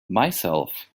myself